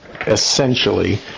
essentially